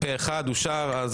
לא אושר.